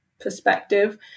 perspective